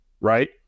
right